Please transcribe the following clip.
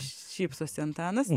šypsosi antanas